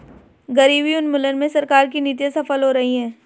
गरीबी उन्मूलन में सरकार की नीतियां सफल हो रही हैं